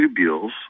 tubules